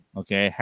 okay